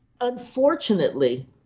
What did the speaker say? Unfortunately